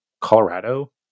colorado